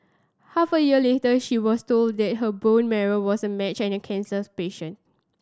half a year later she was told that her bone marrow was a match and cancers patient